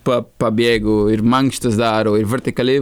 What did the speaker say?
pa pabėgu ir mankštas daro ir vertikalėj